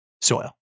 soil